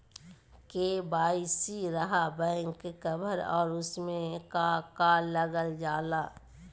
KYC रहा back cover और उसमें का का लागल जाला?